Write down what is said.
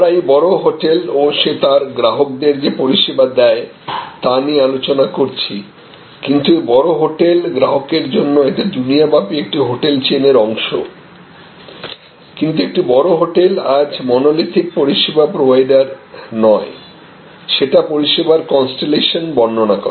আমরা এই বড় হোটেল ও সে তার গ্রাহকদের যে পরিষেবা দেয় তা নিয়ে আলোচনা করছি কিন্তু ওই বড় হোটেল গ্রাহকের জন্য এটি দুনিয়াব্যাপী একটি হোটেল চেইনের অংশ কিন্তু একটি বড় হোটেল আজ মনোলিথিক পরিষেবা প্রোভাইডার নয় সেটা পরিষেবার কন্সটেলেশন বর্ণনা করে